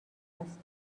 است